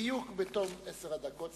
בדיוק בתום עשר הדקות,